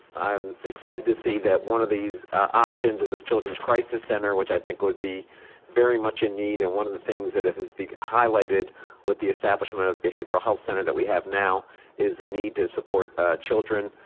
i'm excited to see that one of these options is a children's crisis center, which i think would be very much in need and one of the things that has been highlighted with the establishment of the behavioral health center that we have now is the need to support children.